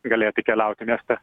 galėti keliauti mieste